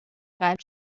قلب